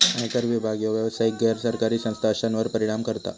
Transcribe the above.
आयकर विभाग ह्यो व्यावसायिक, गैर सरकारी संस्था अश्यांवर परिणाम करता